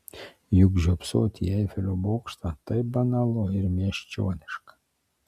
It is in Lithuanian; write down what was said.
juk žiopsoti į eifelio bokštą taip banalu ir miesčioniška